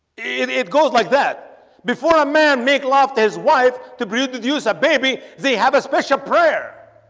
it it goes like that before a man make love to his wife to breathe reduce a baby. they have a special prayer